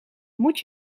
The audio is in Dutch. moet